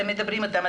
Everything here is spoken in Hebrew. אתם מדברים איתם,